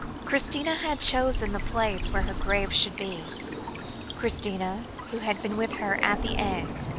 christina had chosen the place where her grave should be christina, who had been with her at the end,